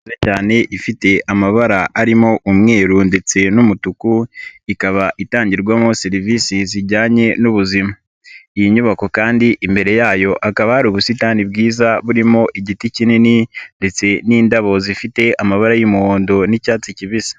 Inzu nziza cyane ifite amabara arimo umweru ndetse n'umutuku, ikaba itangirwamo serivisi zijyanye n'ubuzima. Iyi nyubako kandi imbere yayo hakaba hari ubusitani bwiza burimo igiti kinini ndetse n'indabo zifite amabara y'umuhondo n'icyatsi kibisi.